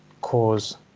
cause